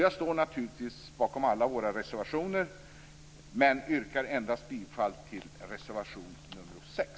Jag står naturligtvis bakom alla våra reservationer, men yrkar bifall endast till reservation 6.